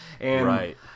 Right